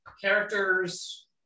characters